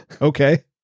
okay